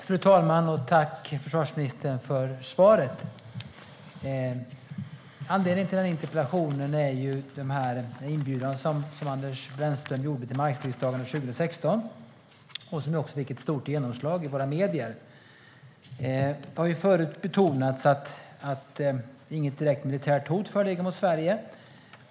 Fru talman! Tack, försvarsministern, för svaret! Anledningen till interpellationen är Anders Brännströms inbjudan till markstridsdagarna 2016, som också fick ett stort genomslag i våra medier. Det har förut betonats att inget direkt militärt hot föreligger mot Sverige.